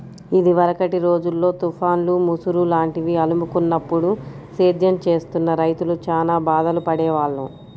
ఇదివరకటి రోజుల్లో తుఫాన్లు, ముసురు లాంటివి అలుముకున్నప్పుడు సేద్యం చేస్తున్న రైతులు చానా బాధలు పడేవాళ్ళు